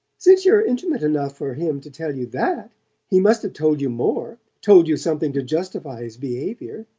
since you're intimate enough for him to tell you that he must, have told you more told you something to justify his behaviour.